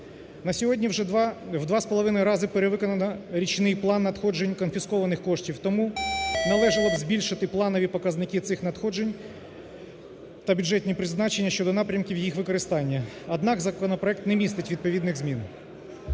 На сьогодні вже в два з половиною разу перевиконано річний план надходжень конфіскованих коштів. Тому належало б збільшити планові показники цих надходжень та бюджетні призначення щодо напрямків їх використання. Однак, законопроект не містить відповідних змін.